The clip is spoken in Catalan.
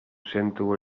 sento